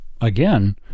again